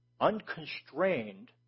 unconstrained